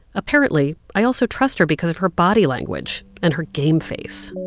apparently, i also trust her because of her body language and her game face.